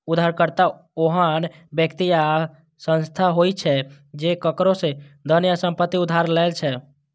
उधारकर्ता ओहन व्यक्ति या संस्था होइ छै, जे केकरो सं धन या संपत्ति उधार लै छै